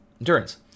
endurance